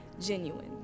genuine